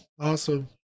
Awesome